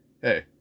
hey